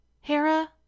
Hera